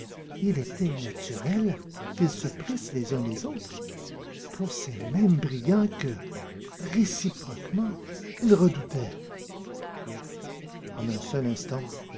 il était naturel qu'ils se prissent les uns les autres pour ces mêmes brigands que réciproquement ils redoutaient en un seul instant